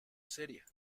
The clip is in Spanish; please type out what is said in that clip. seria